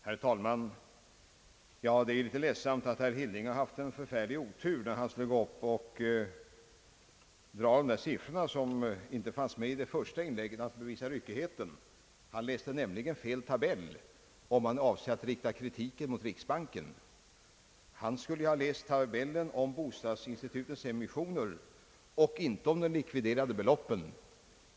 Herr talman! Det är litet ledsamt för herr Hilding som tycks ha råkat ut för en förfärlig otur när han skulle dra de där siffrorna, som han inte redovisade i det första inlägget och som skulle visa den s.k. ryckigheten. Han läste nämligen upp fel tabell, om han nu avsåg att rikta kritiken mot riksbanken, som debatten just nu gäller. Han skulle i stället ha läst tabellen om bostadskreditinstitutens emissioner och inte tabellen om de likviderade beloppen.